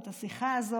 את השיחה הזאת,